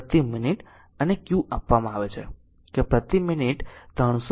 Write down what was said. તેથી 1000 જુલ પ્રતિ મિનિટ અને q આપવામાં આવે છે કે પ્રતિ મિનિટ 300 કૂલોમ્બ